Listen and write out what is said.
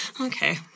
okay